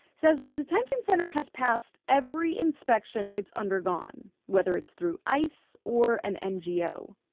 said the detention center has passed every inspection it's undergone, whether it's through ice or an ngo.